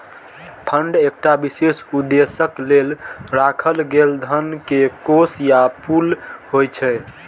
fund एकटा विशेष उद्देश्यक लेल राखल गेल धन के कोष या पुल होइ छै